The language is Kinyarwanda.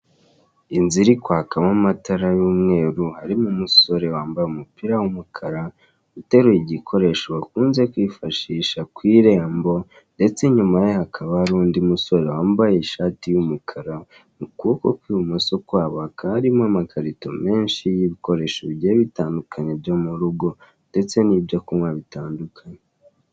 Inzu iri kwakamo amatara y'umweru harimo umusore wambaye umupira w'umukara uteruye igikoresho bakunze kwifashisha ku irembo ndetse inyuma ye hakaba hari undi musore wambaye ishati y'umukara ukuboko kw'ibumoso kwabo hakaba harimo amakarito menshi n'ibikoresho bigiye bitandukanye byo murugo ndetse n'ibyo kunywa bitandukanye.